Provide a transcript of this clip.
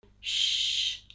Shh